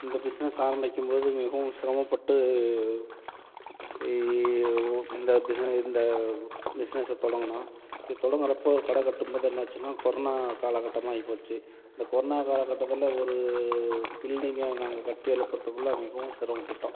இந்த பிஸ்னஸ் ஆரம்பிக்கும்போது மிகவும் சிரமப்பட்டு இந்த பிஸின இந்த பிஸ்னஸை தொடங்கினோம் இது தொடங்குறப்போது கடை கட்டும்போது என்னாச்சுன்னா கொரனா காலகட்டமாக ஆகி போச்சு இந்த கொரனா காலகட்டத்தில் ஒரு பில்டிங்கை நாங்கள் கட்டி எழுப்புகிறதுக்குள்ள மிகவும் சிரமப்பட்டோம்